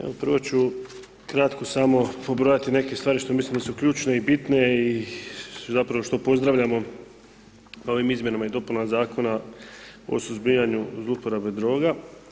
Evo prvo ću kratko samo pobrojati neke stvari što mislim da su ključne i bitne i zapravo što pozdravljamo ovim izmjenama i dopunama zakona o suzbijanju zlouporabe droga.